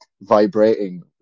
vibrating